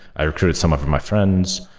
i recruited some of of my friends.